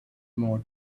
more